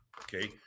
Okay